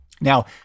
Now